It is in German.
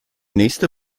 nächste